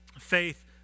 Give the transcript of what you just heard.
faith